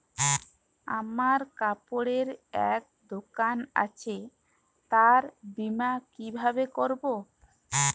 আমার কাপড়ের এক দোকান আছে তার বীমা কিভাবে করবো?